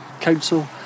Council